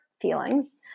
feelings